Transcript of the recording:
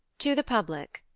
to the public.